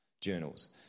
journals